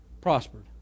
prospered